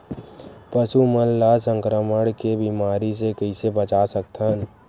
पशु मन ला संक्रमण के बीमारी से कइसे बचा सकथन?